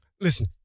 Listen